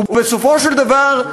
ובסופו של דבר,